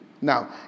Now